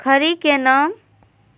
खड़ी के नाम?